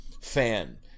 fan